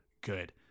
good